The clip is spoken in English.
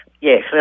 Yes